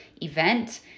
event